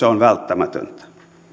on välttämätöntä